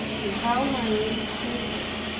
and how my eyes faded,